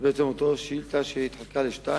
חבר הכנסת מסעוד גנאים שאל את שר הפנים ביום